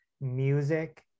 music